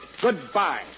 Goodbye